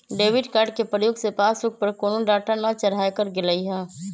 debit card के प्रयोग से पासबुक पर कोनो डाटा न चढ़ाएकर गेलइ ह